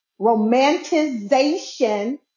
romanticization